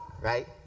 right